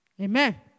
Amen